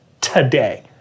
today